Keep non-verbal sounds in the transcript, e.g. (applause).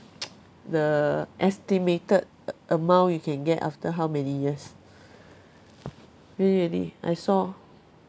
(noise) the estimated a~ amount you can get after how many years really really I saw